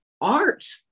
art